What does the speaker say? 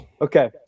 Okay